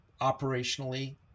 operationally